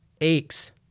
aches